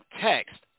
text